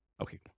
Okay